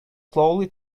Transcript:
slowly